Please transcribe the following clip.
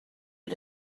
you